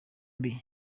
mbi